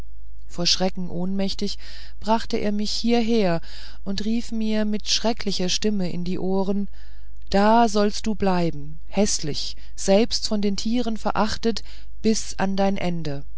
vor schrecken ohnmächtig brachte er mich hieher und rief mir mit schrecklicher stimme in die ohren da sollst du bleiben häßlich selbst von den tieren verachtet bis an dein ende